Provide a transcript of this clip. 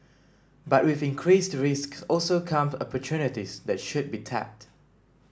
but with increased risks also come opportunities that should be tapped